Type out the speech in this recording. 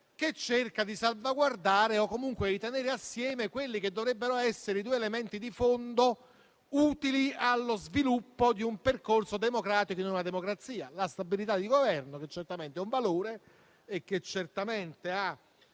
che cerca di salvaguardare o comunque di tenere assieme quelli che dovrebbero essere i due elementi di fondo utili allo sviluppo di un percorso democratico in una democrazia: la stabilità di governo, che certamente è un valore e ha un elemento di